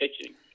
pitching